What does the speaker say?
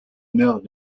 meurt